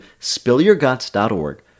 SpillYourGuts.org